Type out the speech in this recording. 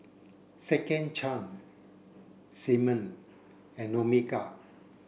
Second Chance Simmon and Omega